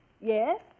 Yes